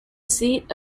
seat